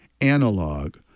analog